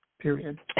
period